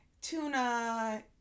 tuna